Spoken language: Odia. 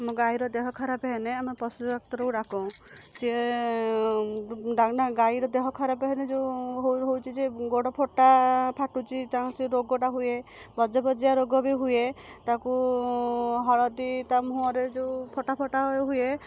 ଆମ ଗାଈର ଦେହ ଖରାପ ହେଲେ ଆମେ ପଶୁ ଡାକ୍ତରକୁ ଡକାଉ ସିଏ ଗାଈର ଦେହରେ ହେଲେ ଯେଉଁ ହେଉଛି ଯେ ଗୋଡ଼ ଫଟା ଫାଟୁଛି ତାଙ୍କୁ ସେଇ ରୋଗଟା ହୁଏ ବଜ ବଜିଆ ରୋଗ ବି ହୁଏ ତାକୁ ହଳଦୀ ତା'ମୁହଁରେ ଯେଉଁ ଫଟା ଫଟା ହୁଏ